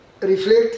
reflect